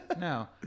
No